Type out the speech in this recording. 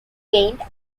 gained